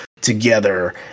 together